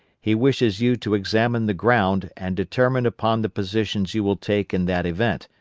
he wishes you to examine the ground and determine upon the positions you will take in that event,